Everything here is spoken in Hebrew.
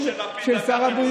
איזו מסירות של שר הבריאות.